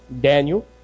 Daniel